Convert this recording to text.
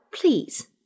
Please